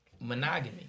Monogamy